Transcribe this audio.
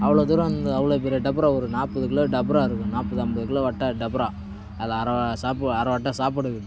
அவ்வளோ தூரம் இந்த அவ்வளோ பெரிய டபரா ஒரு நாற்பது கிலோ டபரா இருக்கும் நாற்பது அம்பது கிலோ வட்ட டபரா அது அரை சாப்பு அரை வட்ட சாப்பாடு இருக்குது